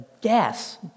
gas